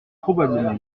probablement